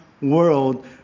World